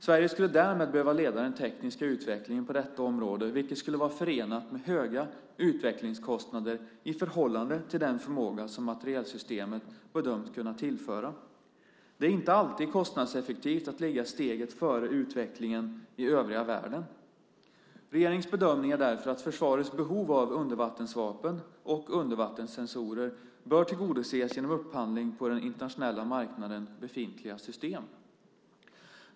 Sverige skulle därmed behöva leda den tekniska utvecklingen på detta område, vilket skulle vara förenat med höga utvecklingskostnader i förhållande till den förmåga som materielsystemet skulle tillföra. Det är inte alltid kostnadseffektivt att ligga steget före utvecklingen i övriga världen. Regeringens bedömning är därför att försvarets behov av undervattensvapen och undervattenssensorer bör tillgodoses genom upphandling av på den internationella marknaden befintliga system.